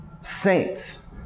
Saints